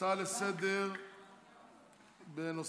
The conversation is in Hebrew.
הצעות לסדר-היום בנושא: